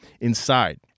Inside